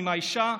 עם האישה.